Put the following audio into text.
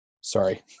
sorry